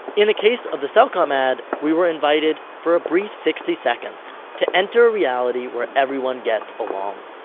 in the case of the cellcom ad, we were invited for a brief sixty seconds to enter a reality where everyone gets along.